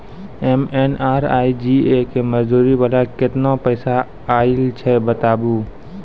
MNREGA के मज़दूरी वाला केतना पैसा आयल छै बताबू?